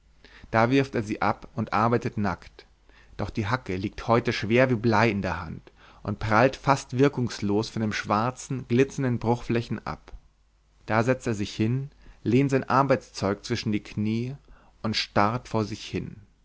da wirft er sie ab und arbeitet nackt doch die hacke liegt heute schwer wie blei in der hand und prallt fast wirkungslos von den schwarzen glitzernden bruchflächen ab da setzt er sich hin lehnt sein arbeitszeug zwischen die knie und starrt vor sich hin